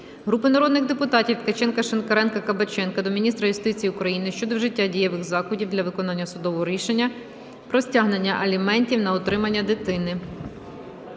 Групи народних депутатів (Ткаченка, Шинкаренка, Кабаченка) до міністра юстиції України щодо вжиття дієвих заходів для виконання судового рішення про стягнення аліментів на утримання дитини.